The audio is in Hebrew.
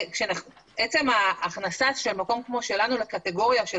עצם ההכנסה של מקום כמו שלנו לקטגוריה של